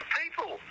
people